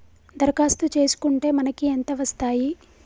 దరఖాస్తు చేస్కుంటే మనకి ఎంత వస్తాయి?